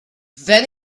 then